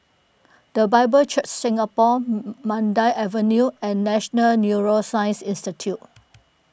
the Bible Church Singapore Mandai Avenue and National Neuroscience Institute